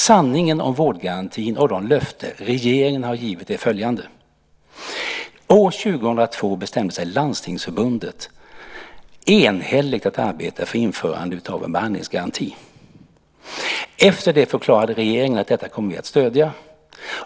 Sanningen om vårdgarantin och de löften regeringen har givit är följande: År 2002 bestämde sig Landstingsförbundet enhälligt för att arbeta för införandet av en behandlingsgaranti. Efter det förklarade regeringen: Detta kommer vi att stödja.